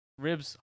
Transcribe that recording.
Ribs